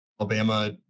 alabama